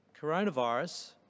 Coronavirus